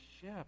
ship